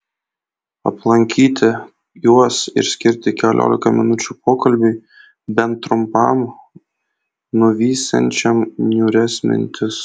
aplankyti juos ir skirti keliolika minučių pokalbiui bent trumpam nuvysiančiam niūrias mintis